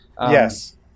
Yes